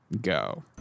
go